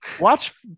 Watch